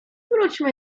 wróćmy